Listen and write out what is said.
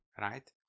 right